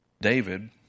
David